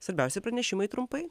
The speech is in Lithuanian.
svarbiausi pranešimai trumpai